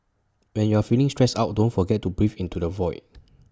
when you are feeling stressed out don't forget to breathe into the void